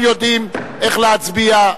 נא להצביע.